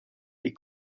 les